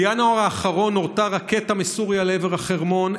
בינואר האחרון נורתה רקטה מסוריה לעבר החרמון.